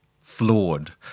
flawed